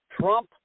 Trump